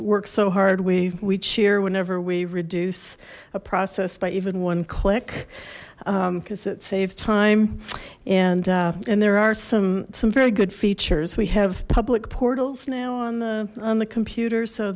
worked so hard we we cheer whenever we reduce a process by even one click because it saves time and and there are some some very good features we have public portals now on the on the computer so